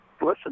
listen